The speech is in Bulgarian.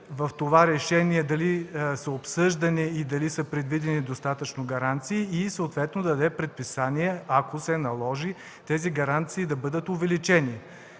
в това решение са обсъждани и предвидени достатъчно гаранции и съответно да даде предписания, ако се наложи, гаранциите да бъдат увеличени.